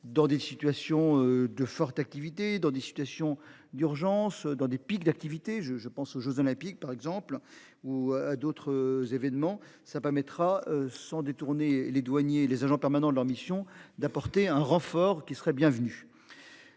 dans des situations de forte activité dans des situations d'urgence dans des pics d'activité je je pense aux Jeux olympiques par exemple ou à d'autres événements ça permettra sont détourner les douaniers, les agents permanents. Leur mission, d'apporter un renfort qui serait bienvenu.